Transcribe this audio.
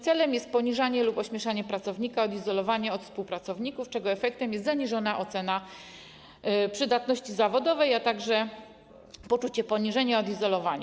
Celem jest poniżanie lub ośmieszanie pracownika, odizolowanie go od współpracowników, czego efektem jest zaniżona ocena przydatności zawodowej, a także poczucie poniżenia, odizolowania.